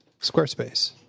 Squarespace